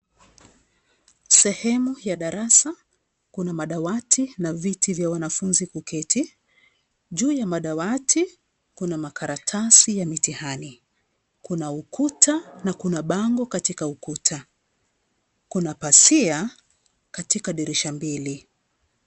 Sehemu ya darasa, kuna madawati na viti vya wanafunzi kuketi, juu ya madawati kuna makaratasi ya mitihani, kuna ukuta na kuna bango katika ukuta, kuna pazia katika dirisha mbili.